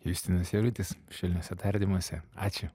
justinas jarutis švelniuose tardymuose ačiū